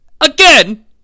again